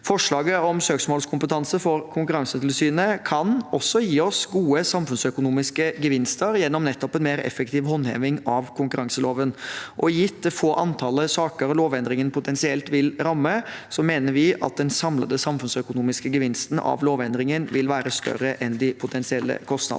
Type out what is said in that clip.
Forslaget om søksmålskompetanse for Konkurransetilsynet kan gi gode samfunnsøkonomiske gevinster gjennom en mer effektiv håndheving av konkurranseloven. Gitt det lave antallet saker lovendringen potensielt vil ramme, mener vi at den samlede samfunnsøkonomiske gevinsten av lovendringen vil være større enn de potensielle kostnadene.